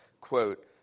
quote